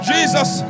Jesus